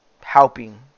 helping